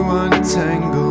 untangle